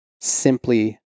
simply